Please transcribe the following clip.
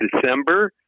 December